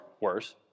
worse